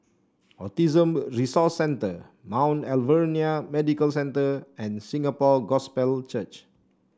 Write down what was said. Autism Resource Centre Mount Alvernia Medical Centre and Singapore Gospel Church